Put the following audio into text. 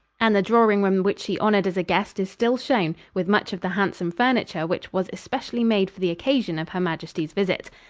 and the drawing room which she honored as a guest is still shown, with much of the handsome furniture which was especially made for the occasion of her majesty's visit.